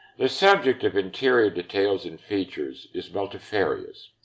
the subject of interior details and features is multifarious.